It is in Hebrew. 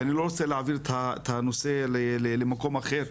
ואני לא רוצה להעביר את הנושא למקום אחר.